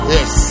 Yes